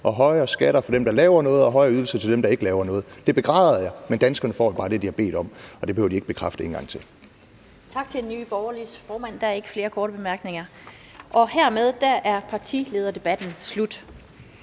og højere skatter for dem, der laver noget, og højere ydelser til dem, der ikke laver noget. Det begræder jeg, men danskerne får jo bare det, de har bedt om, og det behøver de ikke bekræfte en gang til. Kl. 16:26 Den fg. formand (Annette Lind): Tak til Liberal Alliances formand. Der er ikke flere korte bemærkninger. Hermed er partilederdebatten slut.